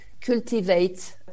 cultivate